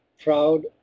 proud